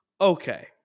okay